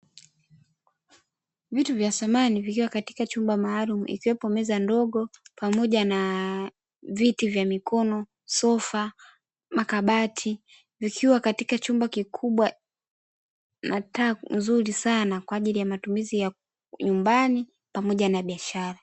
Vitu vya samani vikiwa katika chumba maalumu ikiwepo meza ndogo pamoja na viti vya mikono, sofa, makabati, vikiwa katika chumba kikubwa na taa nzuri sana kwa ajili ya matumizi ya nyumbani pamoja na biashara.